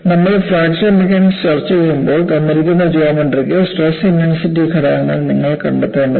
നമ്മൾ fracture mechanics ചർച്ചചെയ്യുമ്പോൾ തന്നിരിക്കുന്ന ജോമട്രിക്ക് സ്ട്രെസ് ഇന്റെൻസിറ്റി ഘടകങ്ങൾ നിങ്ങൾ കണ്ടെത്തേണ്ടതുണ്ട്